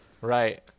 Right